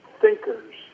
thinkers